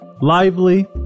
lively